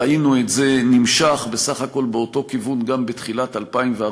ראינו את זה נמשך בסך הכול באותו כיוון גם בתחילת 2014,